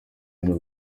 bintu